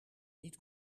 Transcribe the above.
niet